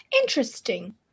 Interesting